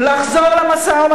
אתה צריך לחזור למשא-ומתן,